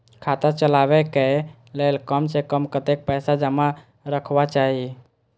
खाता चलावै कै लैल कम से कम कतेक पैसा जमा रखवा चाहि